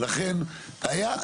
לכן היה,